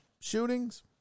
shootings